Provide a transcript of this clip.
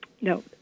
No